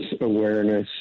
awareness